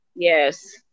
Yes